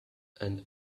and